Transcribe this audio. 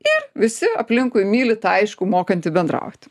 ir visi aplinkui myli tą aišku mokantį bendrauti